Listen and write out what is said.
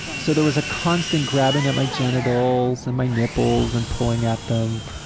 so there was a constant grabbing at my genitals and my nipples and pulling at them,